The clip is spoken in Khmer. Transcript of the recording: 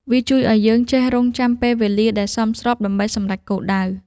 វាជួយឱ្យយើងចេះរង់ចាំពេលវេលាដែលសមស្រប ដើម្បីសម្រេចគោលដៅ។